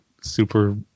super